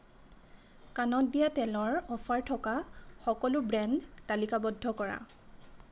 কাণত দিয়া তেলৰ অফাৰ থকা সকলো ব্ৰেণ্ড তালিকাবদ্ধ কৰা